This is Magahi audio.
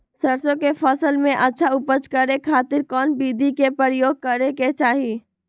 सरसों के फसल में अच्छा उपज करे खातिर कौन विधि के प्रयोग करे के चाही?